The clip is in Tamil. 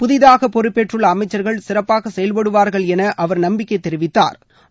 புதிதாக பொறப்பேற்றுள்ள அமைச்சர்கள் சிறப்பாக செயல்படுவார்கள் என அவர் நம்பிக்கை தெரிவித்தா்